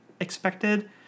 expected